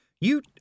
You